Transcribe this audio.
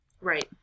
Right